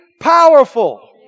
powerful